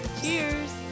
Cheers